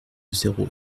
zéro